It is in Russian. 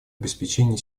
обеспечение